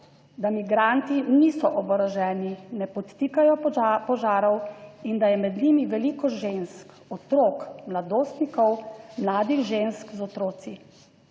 da migranti niso oboroženi, ne podtikajo požarov, in da je med njimi veliko žensk, otrok, mladostnikov, mladih žensk z otroci.